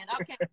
Okay